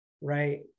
right